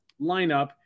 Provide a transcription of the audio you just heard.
lineup